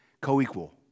co-equal